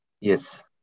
Yes